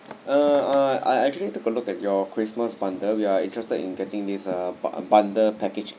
uh uh I actually took a look at your christmas bundle we are interested in getting this uh bun~ bundle package